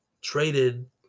traded